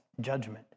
judgment